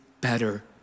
better